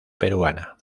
peruana